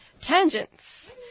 Tangents